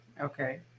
Okay